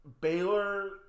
Baylor